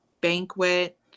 banquet